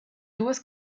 duas